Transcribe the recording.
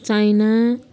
China